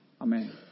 Amen